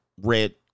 red